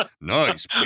Nice